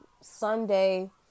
Sunday